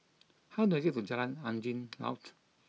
how do I get to Jalan Angin Laut